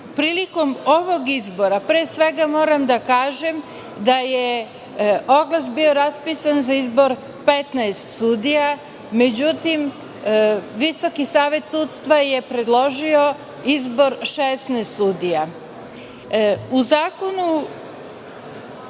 sudija. Prilikom ovog izbora, pre svega moram da kažem da je oglas bio raspisan za izbor 15 sudija. Međutim, VSS je predložio izbor 16 sudija.U Zakonu